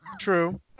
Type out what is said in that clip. True